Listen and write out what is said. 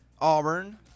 Auburn